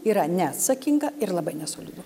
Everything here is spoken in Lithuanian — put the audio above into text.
yra neatsakinga ir labai nesolidu